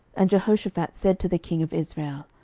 and jehoshaphat said to the king of israel,